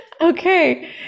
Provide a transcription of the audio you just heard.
okay